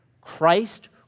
Christ